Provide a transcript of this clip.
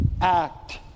act